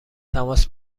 تماس